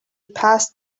passed